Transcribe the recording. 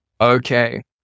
Okay